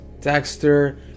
Dexter